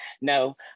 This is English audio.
no